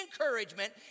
encouragement